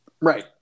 Right